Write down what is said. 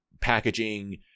packaging